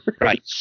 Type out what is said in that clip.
Right